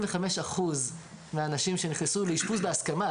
אחוז מהאנשים שנכנסו לאשפוז בהסכמה,